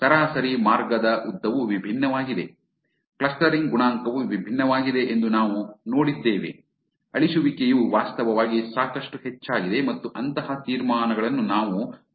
ಸರಾಸರಿ ಮಾರ್ಗದ ಉದ್ದವು ವಿಭಿನ್ನವಾಗಿದೆ ಕ್ಲಸ್ಟರಿಂಗ್ ಗುಣಾಂಕವು ವಿಭಿನ್ನವಾಗಿದೆ ಎಂದು ನಾವು ನೋಡಿದ್ದೇವೆ ಅಳಿಸುವಿಕೆಯು ವಾಸ್ತವವಾಗಿ ಸಾಕಷ್ಟು ಹೆಚ್ಚಾಗಿದೆ ಮತ್ತು ಅಂತಹ ತೀರ್ಮಾನಗಳನ್ನು ನಾವು ನೋಡಿದ್ದೇವೆ